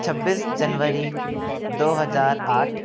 छब्बीस जनवरी दो हज़ार आठ